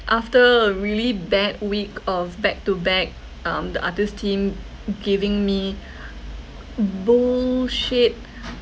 after a really bad week of back to back um the artist team giving me b~ bullshit